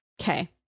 Okay